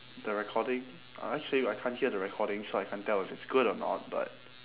the recording or actually I can't hear the recording so I can't tell if it's good or not but